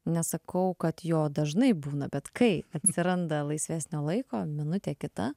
nesakau kad jo dažnai būna bet kai atsiranda laisvesnio laiko minutė kita